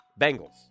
Bengals